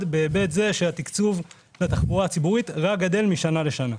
בהיבט זה שהתקצוב לתחבורה הציבורית רק גדל משנה לשנה.